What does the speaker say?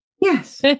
yes